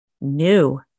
new